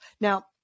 Now